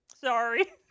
Sorry